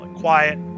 Quiet